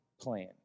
Plan